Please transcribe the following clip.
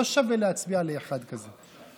לא שווה להצביע לאחד כזה.